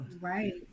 right